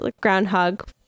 Groundhog